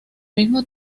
mismo